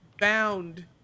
bound